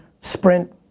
Sprint